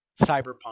cyberpunk